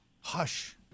hush